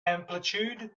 amplitude